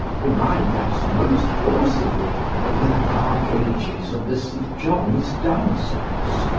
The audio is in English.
remind us most forcibly of the dark ages of the st. john's dancers.